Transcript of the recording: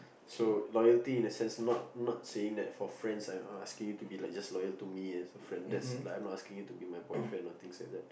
so loyalty in the sense not not saying that for friends I I'm asking you to be just loyal to me as a friend that's like I'm not asking you to be my boyfriend or things like that